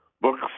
books